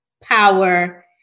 power